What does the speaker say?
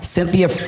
Cynthia